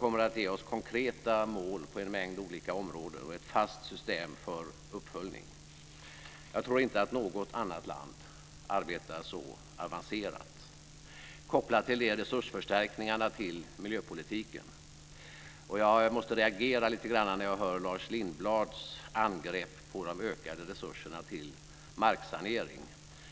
kommer att ge oss konkreta mål på en mängd olika områden och ett fast system för uppföljning. Jag tror inte att något annat land arbetar så avancerat kopplat till resursförstärkningar till miljöpolitiken. Jag måste reagera lite grann när jag hör Lars Lindblads angrepp på de ökade resurserna till marksanering.